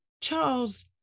Charles